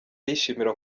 bishimira